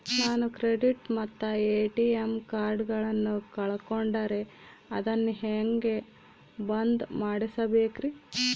ನಾನು ಕ್ರೆಡಿಟ್ ಮತ್ತ ಎ.ಟಿ.ಎಂ ಕಾರ್ಡಗಳನ್ನು ಕಳಕೊಂಡರೆ ಅದನ್ನು ಹೆಂಗೆ ಬಂದ್ ಮಾಡಿಸಬೇಕ್ರಿ?